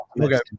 Okay